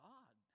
God